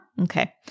Okay